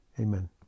amen